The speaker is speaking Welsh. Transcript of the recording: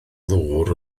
ddŵr